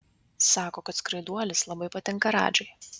sako kad skraiduolis labai patinka radžai